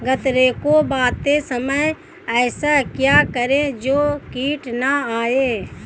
गन्ने को बोते समय ऐसा क्या करें जो कीट न आयें?